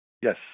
Yes